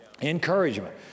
Encouragement